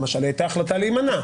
הייתה החלטה להימנע.